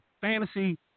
fantasy